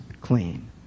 clean